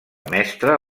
mestre